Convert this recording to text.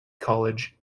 college